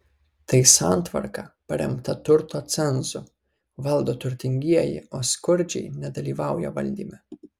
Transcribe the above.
tai santvarka paremta turto cenzu valdo turtingieji o skurdžiai nedalyvauja valdyme